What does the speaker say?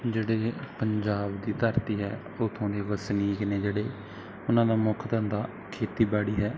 ਜਿਹੜੇ ਪੰਜਾਬ ਦੀ ਧਰਤੀ ਹੈ ਉੱਥੋਂ ਦੇ ਵਸਨੀਕ ਨੇ ਜਿਹੜੇ ਉਹਨਾਂ ਦਾ ਮੁੱਖ ਧੰਦਾ ਖੇਤੀਬਾੜੀ ਹੈ